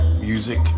music